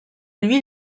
lui